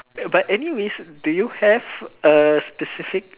but anyways do you have a specific